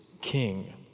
King